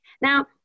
Now